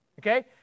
Okay